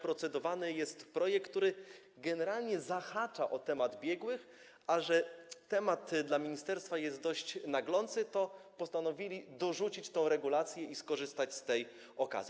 Procedowany jest projekt, który generalnie zahacza o temat biegłych, a że temat dla ministerstwa jest dość naglący, to postanowiono dorzucić tę regulację i skorzystać z tej okazji.